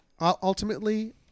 ultimately